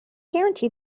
guarantee